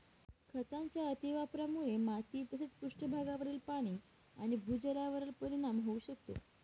खतांच्या अतिवापरामुळे माती तसेच पृष्ठभागावरील पाणी आणि भूजलावर परिणाम होऊ शकतो